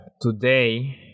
today